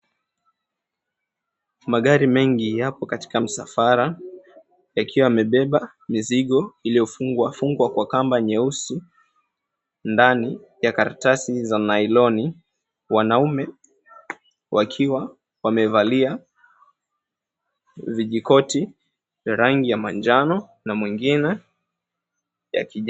Magari mengi yapo katika msafara yakiwa yamebeba mizigo iliyofungwa fungwa kwa kamba nyeusi ndani ya karatasi za nailoni. Wanaume wakiwa wamevaa vijikoti vya rangi ya manjano na mwingine ya kijani.